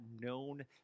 known